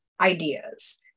ideas